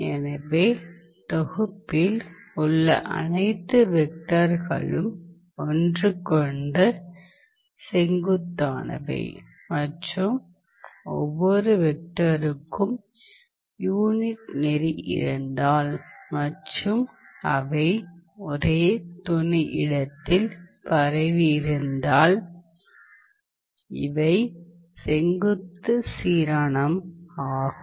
எனவே தொகுப்பில் உள்ள அனைத்து வெக்டர்களும் ஒன்றுக்கொன்று செங்குத்தானவை மற்றும் ஒவ்வொரு வெக்டருக்கும் யூனிட் நெறி இருந்தால் மற்றும் அவை ஒரே துணை இடத்தில் பரவியிருந்தால் இவை செங்குத்து சீரானம் ஆகும்